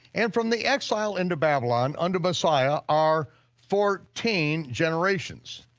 and from the exile into babylon unto messiah are fourteen generations.